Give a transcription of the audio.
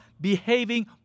behaving